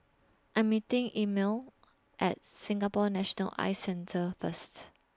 I Am meeting Emile At Singapore National Eye Centre First